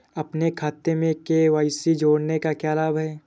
अपने खाते में के.वाई.सी जोड़ने का क्या लाभ है?